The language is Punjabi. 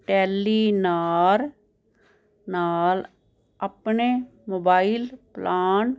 ਟੈਲੀਨਾਰ ਨਾਲ ਆਪਣੇ ਮੋਬਾਇਲ ਪਲਾਨ